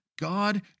God